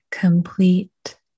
Complete